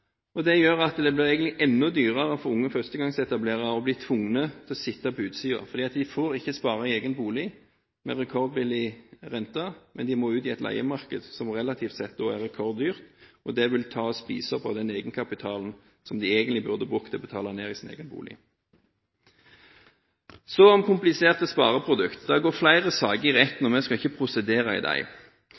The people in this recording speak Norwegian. lav. Det gjør at det egentlig blir enda dyrere for unge førstegangsetablerere, som blir tvunget til å sitte på utsiden. De får ikke spare i egen bolig med rekordbillig rente, men må ut i et leiemarked som, relativt sett, er rekorddyrt. Det vil spise av den egenkapitalen som de egentlig burde brukt til å betale ned på egen bolig. Så om kompliserte spareprodukter. Det går flere saker for retten, og vi skal ikke prosedere her. Folk bør ikke kjøpe produkter som de